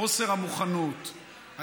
חוסר המוכנות,